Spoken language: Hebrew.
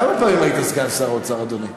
כמה פעמים היית סגן שר האוצר, אדוני?